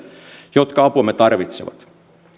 jotka apuamme tarvitsevat